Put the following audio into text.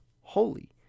holy